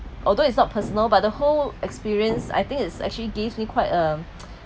although it's not personal but the whole experience I think it's actually gives me quite a